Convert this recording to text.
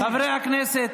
חברי הכנסת,